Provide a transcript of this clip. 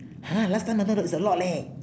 !huh! last time I remember that is a lot leh